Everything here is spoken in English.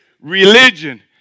religion